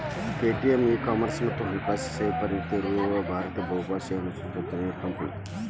Paytm e commerce ಮತ್ತ ಹಣಕಾಸು ಸೇವೆದಾಗ ಪರಿಣತಿ ಇರೋ ಭಾರತೇಯ ಬಹುರಾಷ್ಟ್ರೇಯ ಹಣಕಾಸು ತಂತ್ರಜ್ಞಾನದ್ ಕಂಪನಿ